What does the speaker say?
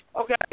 Okay